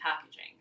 packaging